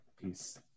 Peace